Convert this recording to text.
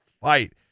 fight